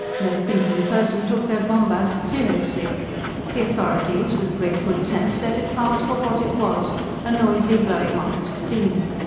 no thinking person took their bombast seriously the authorities, with great good sense, let it pass for what it was a noisy blowing-off of steam.